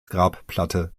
grabplatte